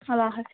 اللہ حافظ